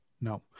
No